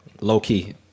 Low-key